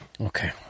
Okay